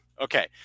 Okay